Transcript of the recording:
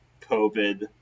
COVID